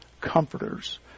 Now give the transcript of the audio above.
comforters